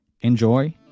Enjoy